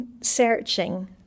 searching